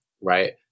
right